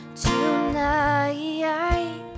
tonight